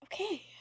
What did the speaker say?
Okay